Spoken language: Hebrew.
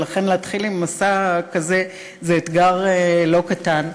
ולכן להתחיל עם משא כזה זה אתגר לא קטן.